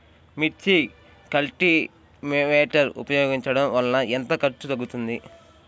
మిర్చి కల్టీవేటర్ ఉపయోగించటం వలన ఎంత ఖర్చు తగ్గుతుంది?